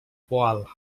poal